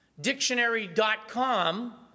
Dictionary.com